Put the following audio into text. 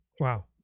wow